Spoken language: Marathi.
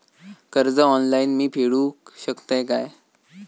कर्ज ऑनलाइन मी फेडूक शकतय काय?